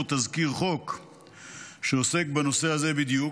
תזכיר חוק שעוסק בנושא הזה בדיוק,